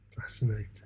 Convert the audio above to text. Fascinating